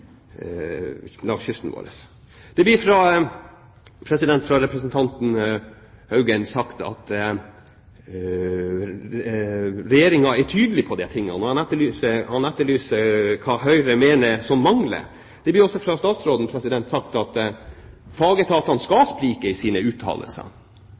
langs kysten vår. Det blir fra representanten Haugen sagt at Regjeringen er tydelig på disse tingene, og han etterlyser hva Høyre mener det er som mangler. Det blir også fra statsråden sagt at fagetatene